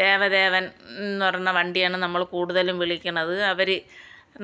ദേവദേവൻ എന്ന് പറയുന്ന വണ്ടിയാണ് നമ്മൾ കൂടുതലും വിളിക്കുന്നത് അവർ